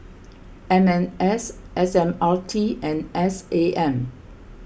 M M S S M R T and S A M